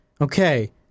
Okay